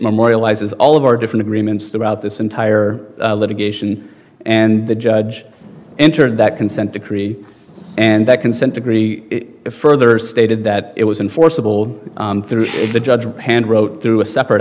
memorializes all of our different agreements throughout this entire litigation and the judge entered that consent decree and that consent decree further stated that it was in forcible through the judge handwrote through a separate